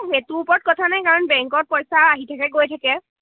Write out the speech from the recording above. সেইটোৰ ওপৰত কথা নাই কাৰণ বেংকত পইচা আহি থাকে গৈ থাকে